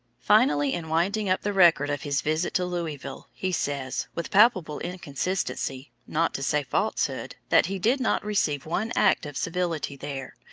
finally, in winding up the record of his visit to louisville, he says, with palpable inconsistency, not to say falsehood, that he did not receive one act of civility there,